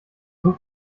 such